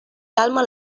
calma